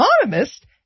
economist